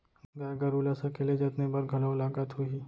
गाय गरू ल सकेले जतने बर घलौ लागत होही?